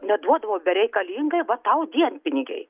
neduodavau bereikalingai va tau dienpinigiai